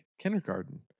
kindergarten